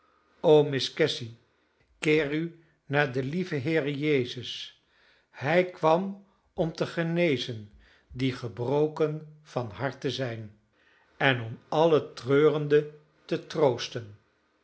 o miss cassy keer u naar den lieven heere jezus hij kwam om te genezen die gebroken van harte zijn en om alle treurenden te troosten